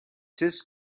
just